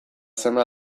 seme